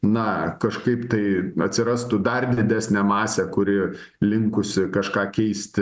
na kažkaip tai atsirastų dar didesnė masė kuri linkusi kažką keisti